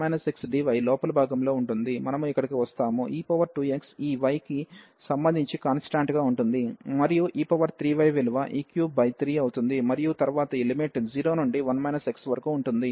మనము ఇక్కడకు వస్తాము e2xఈ y కి సంబంధించి కాన్స్టాంట్ గా ఉంటుంది మరియు e3y విలువ e33 అవుతుంది మరియు తరువాత ఈ లిమిట్ 0 నుండి 1 x వరకు ఉంటుంది